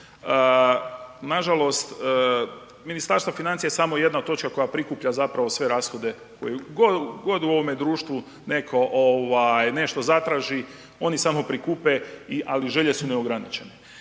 nažalost Ministarstvo financija je samo jedna točka koja prikuplja sve rashode. Tko god u ovome društvo neko nešto zatraži oni samo prikupe, ali želje su neograničene.